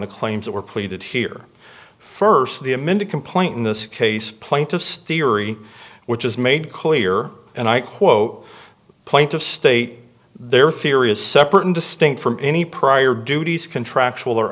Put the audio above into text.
the claims that were pleaded here first the amended complaint in this case plaintiff's theory which is made clear and i quote plaintiff state their theory is separate and distinct from any prior duties contractual or